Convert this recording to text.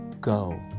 go